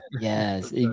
Yes